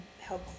help